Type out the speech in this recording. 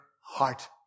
heart